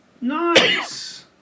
Nice